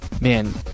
Man